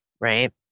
right